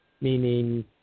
meaning